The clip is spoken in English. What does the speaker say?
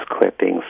clippings